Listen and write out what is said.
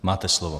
Máte slovo.